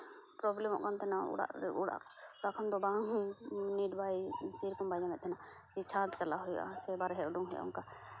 ᱯᱨᱚᱵᱞᱮᱢᱚᱜ ᱠᱟᱱ ᱛᱟᱦᱮᱱᱟ ᱚᱲᱟᱜ ᱨᱮ ᱚᱲᱟᱜ ᱠᱷᱚᱱ ᱵᱟᱭ ᱥᱮᱨᱚᱠᱚᱢ ᱱᱮᱴ ᱵᱟᱭ ᱧᱟᱢᱮᱫ ᱛᱟᱦᱮᱱᱟ ᱡᱮ ᱪᱷᱟᱸᱫᱽ ᱪᱟᱞᱟᱜ ᱦᱩᱭᱩᱜᱼᱟ ᱥᱮ ᱵᱟᱨᱦᱮ ᱳᱰᱳᱠ ᱦᱩᱭᱩᱜᱼᱟ ᱚᱱᱠᱟ